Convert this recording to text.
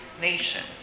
nation